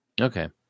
Okay